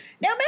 now